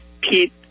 Pete